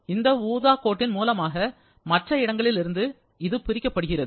இது ஊதா கோட்டின் மூலமாக மற்ற இடங்களில் இருந்து பிரிக்கப்பட்டிருக்கிறது